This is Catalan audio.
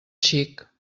xic